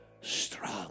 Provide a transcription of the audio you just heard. strong